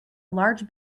large